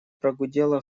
прогудела